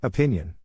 Opinion